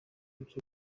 byo